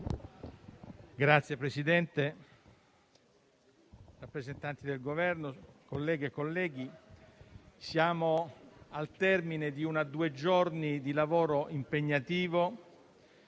Signor Presidente, onorevoli rappresentanti del Governo, colleghe e colleghi, siamo al termine di due giorni di lavoro impegnativo